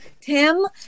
Tim